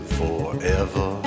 forever